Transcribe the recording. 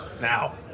Now